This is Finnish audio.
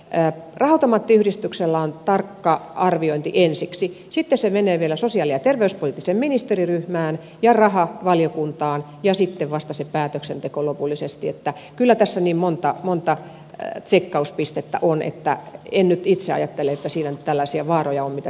raha automaattiyhdistyksellä on tarkka arviointi ensiksi sitten se menee vielä sosiaali ja terveyspoliittiseen ministeriryhmään ja rahavaliokuntaan ja sitten vasta on se päätöksenteko lopullisesti niin että kyllä tässä niin monta tsekkauspistettä on että en nyt itse ajattele että siinä nyt on tällaisia vaaroja mitä täällä on esitetty